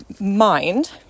mind